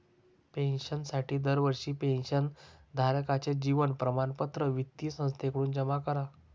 पेन्शनसाठी दरवर्षी पेन्शन धारकाचे जीवन प्रमाणपत्र वित्तीय संस्थेकडे जमा करा